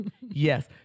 Yes